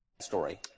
story